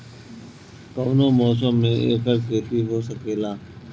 कवनो मौसम में एकर खेती हो सकेला